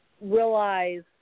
realize